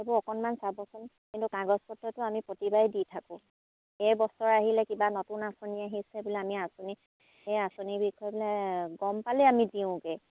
সেইবোৰ অকণমান চাবচোন কিন্তু কাগজ পত্ৰতো আমি প্ৰতিবাৰে দি থাকোঁ এই বছৰ আহিলে কিবা নতুন আঁচনি আহিছে বোলে আমি আঁচনি সেই আঁচনিৰ বিষয়ে বোলে গম পালেই আমি দিওঁগৈ